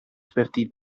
fifty